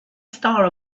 star